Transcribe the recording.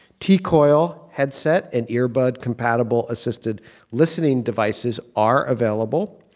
t-coil headset and earbud compatible assisted listening devices are available.